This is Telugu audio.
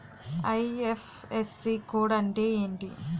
ఐ.ఫ్.ఎస్.సి కోడ్ అంటే ఏంటి?